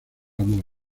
amor